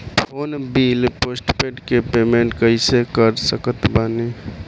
Phone bill postpaid के payment कैसे कर सकत बानी?